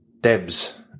Debs